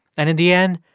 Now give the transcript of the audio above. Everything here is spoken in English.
and in the end,